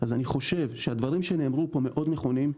אז אני חשוב שהדברים שנאמרו פה מאוד נכונים.